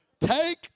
Take